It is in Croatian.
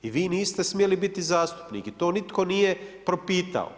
I vi niste smjeli biti zastupnik i to nitko nije propitao.